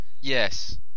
Yes